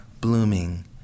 blooming